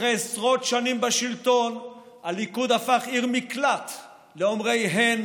אחרי עשרות שנים בשלטון הליכוד הפך עיר מקלט לאומרי הן